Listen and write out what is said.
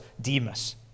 Demas